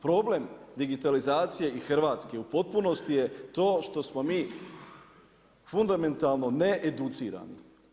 Problem digitalizacije i Hrvatske u potpunosti je to što smo mi fundamentalno ne educirani.